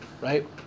right